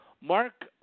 Mark